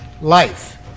life